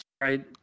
right